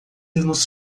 nos